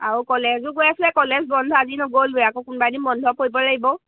আও কলেজো গৈ আছিলে কলেজ বন্ধা দিন ন গ'ল লৈ আক কোনোবাই দিিন বন্ধ কৰিবব লাগিব